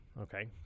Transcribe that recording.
okay